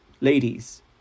ladies